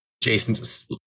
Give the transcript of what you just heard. Jason's